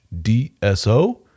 DSO